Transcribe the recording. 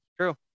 True